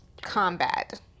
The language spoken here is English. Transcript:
combat